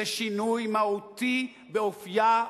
זה שינוי מהותי באופיה,